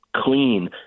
clean